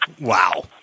Wow